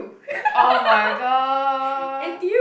[oh]-my-god